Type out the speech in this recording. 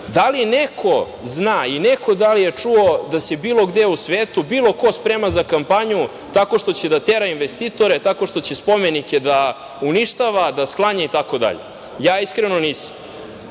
da li neko zna ili da li je neko čuo da se bilo gde u svetu, bilo ko sprema za kampanju tako što će da tera investitore, tako što će spomenike da uništava, da sklanja itd.? Iskreno nisam.